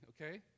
okay